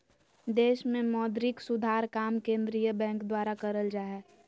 देश मे मौद्रिक सुधार काम केंद्रीय बैंक द्वारा करल जा हय